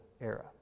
era